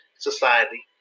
society